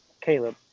Caleb